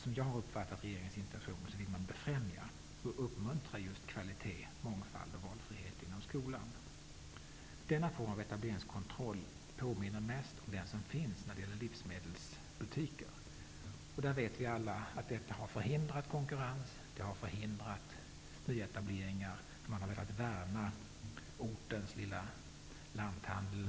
Som jag har uppfattat regeringens intentioner vill man befrämja och uppmuntra just kvalitet, mångfald och valfrihet inom skolan. Denna form av etableringskontroll påminner mest om den som finns för livsmedelsbutiker. Vi vet alla att den har förhindrat konkurrens och nyetableringar. Man har velat värna ortens lilla lanthandel.